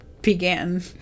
began